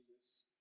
Jesus